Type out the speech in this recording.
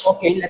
Okay